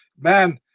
man